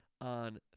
on